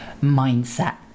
mindset